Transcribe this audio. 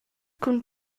cun